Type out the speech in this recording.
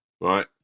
right